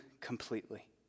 completely